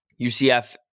UCF